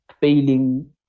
failing